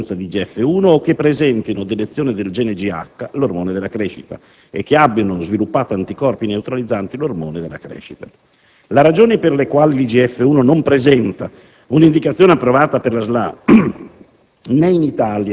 e primaria deficienza di IGF-1 o che presentino delezione del gene GH (ormone della crescita) e che abbiano sviluppato anticorpi neutralizzanti l'ormone della crescita». La ragione per la quale l'IGF-1 non presenta un'indicazione approvata per la SLA,